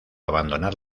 abandonar